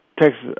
Texas